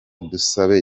musabe